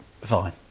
Fine